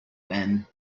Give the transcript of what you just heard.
men